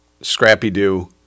Scrappy-Doo